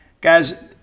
Guys